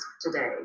today